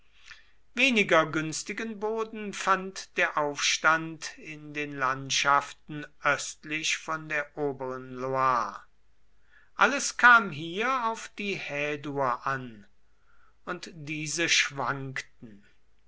weniger günstigen boden fand der aufstand in den landschaften östlich von der oberen loire alles kam hier auf die häduer an und diese schwankten